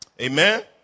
Amen